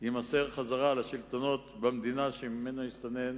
יימסר חזרה לשלטונות במדינה שממנה הסתנן,